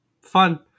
fun